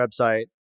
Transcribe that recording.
website